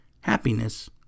happiness